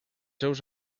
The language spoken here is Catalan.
seus